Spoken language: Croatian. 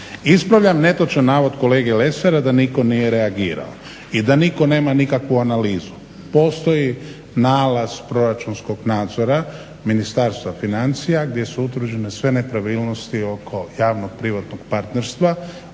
Ispravljam netočan navod kolege Lesara da nitko nije reagirao i da nitko nema nikakvu analizu. Postoji nalaz proračunskog nadzora Ministarstva financija gdje su utvrđene sve nepravilnosti oko javno-privatnog partnerstva